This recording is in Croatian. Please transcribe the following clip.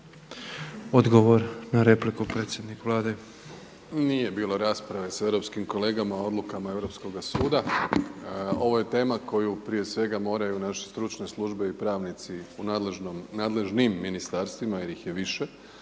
Odgovor na repliku predsjednik Vlade. **Plenković, Andrej (HDZ)** Nije bilo rasprave sa europskim kolegama o odlukama Europskoga suda. Ovo je tema koju prije svega moraju naše stručne službe i pravnici u nadležnim ministarstvima jer ih je više